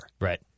Right